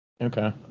okay